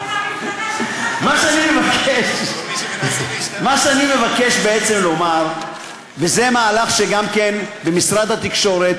מה שאני מבקש בעצם לומר וזה מהלך שגם במשרד התקשורת